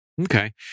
Okay